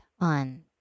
on